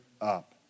up